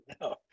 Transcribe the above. No